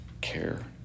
care